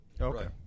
Okay